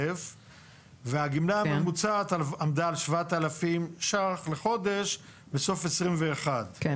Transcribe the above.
והגמלה הממוצעת עמדה על כ-7,000 ₪ בחודש בסוף שנת 2021. אוקיי,